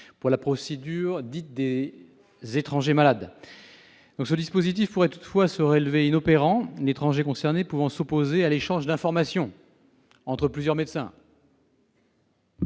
de la procédure dite des « étrangers malades ». Ce dispositif pourrait se révéler inopérant, l'étranger concerné pouvant s'opposer à un tel échange d'informations entre médecins.